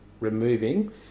removing